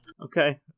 Okay